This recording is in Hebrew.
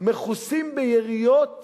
מכוסים ביריעות